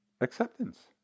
acceptance